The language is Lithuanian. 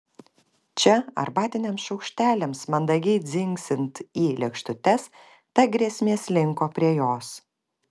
čia arbatiniams šaukšteliams mandagiai dzingsint į lėkštutes ta grėsmė slinko prie jos